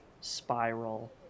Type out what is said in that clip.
spiral